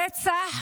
הרצח